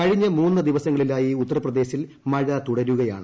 കഴിഞ്ഞ മൂന്ന് ദിവസങ്ങളായി ഉത്തർപ്രദേശിൽ മഴ തുടരുകയാണ്